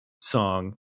song